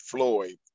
Floyd